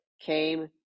came